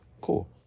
Cool